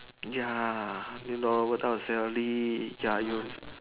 ya you know what type of salary ya you